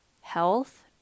health